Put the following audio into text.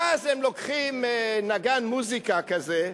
ואז הם לוקחים נגן מוזיקה כזה,